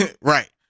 Right